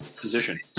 position